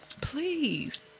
Please